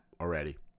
already